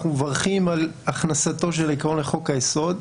אנחנו מברכים על הכנסתו של עיקרון חוק היסוד.